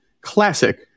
classic